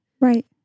Right